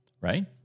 right